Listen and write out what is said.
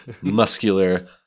muscular